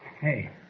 Hey